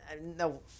no